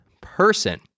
person